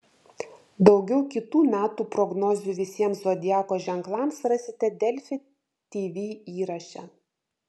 daugiau kitų metų prognozių visiems zodiako ženklams rasite delfi tv įraše